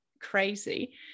crazy